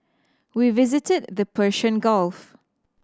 we visited the Persian Gulf